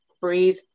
breathe